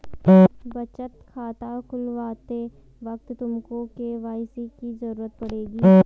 बचत खाता खुलवाते वक्त तुमको के.वाई.सी की ज़रूरत पड़ेगी